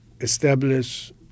establish